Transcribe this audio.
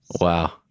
Wow